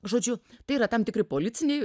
žodžiu tai yra tam tikri policiniai